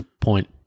point